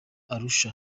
arusha